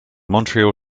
montreal